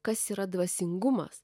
kas yra dvasingumas